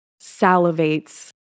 salivates